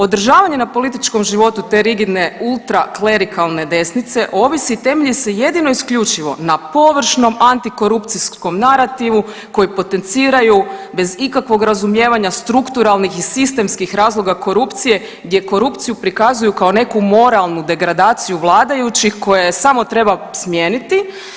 Održavanje na političkom životu te rigidne ultra klerikalne desnice ovisi i temelji se jedino i isključivo na površnom antikorupcijskom narativu koji potenciraju bez ikakvog razumijevanja strukturalnih i sistemskih razloga korupcije, gdje korupciju prikazuju kao neku moralnu degradaciju vladajućih koje samo treba smijeniti.